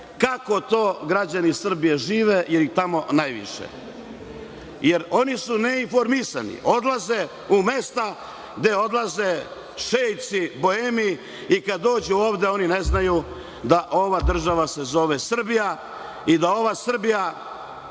kako to građani Srbije žive, ili tamo najviše, jer oni su neinformisani, odlaze u mesta gde odlaze šeici, boemi i kada dođu ovde, oni ne znaju da se ova država zove Srbija i da je ova Srbija